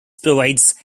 provides